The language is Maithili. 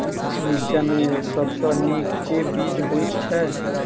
मिर्चा मे सबसँ नीक केँ बीज होइत छै?